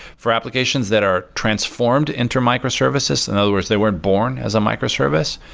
for applications that are transformed into microservices, in other words, they weren't born as a microservice,